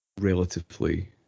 relatively